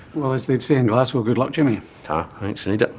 well, as they say in glasgow, good luck jimmy. ta, thanks, i need it.